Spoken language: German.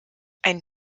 ein